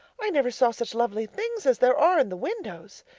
i never saw such lovely things as there are in the windows.